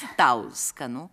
tau skanu